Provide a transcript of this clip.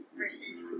versus